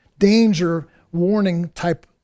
danger-warning-type